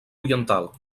oriental